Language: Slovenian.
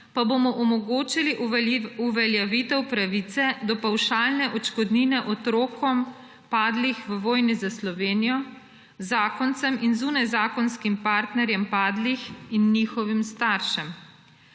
pa bomo omogočili uveljavitev pravice do pavšalne odškodnine otrokom, padlih v vojni za Slovenijo, zakoncem in zunajzakonskim partnerjem padlih in njihovim staršem.